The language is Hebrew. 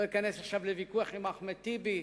אני לא אכנס עכשיו לוויכוח עם אחמד טיבי.